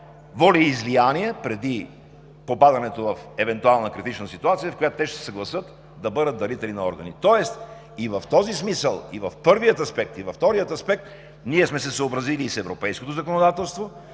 волеизлияние преди попадането в евентуална критична ситуация, в която те ще се съгласят да бъдат дарители на органи. И в този смисъл – и в първия аспект, и във втория, ние сме се съобразили и с европейското законодателство,